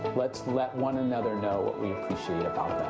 let's let one another know what we appreciate about